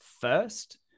first